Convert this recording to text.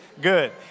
good